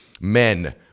Men